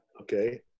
Okay